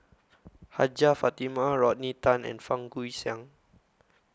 Hajjah Fatimah Rodney Tan and Fang Guixiang